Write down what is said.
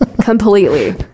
completely